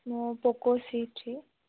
মোৰ Poco C three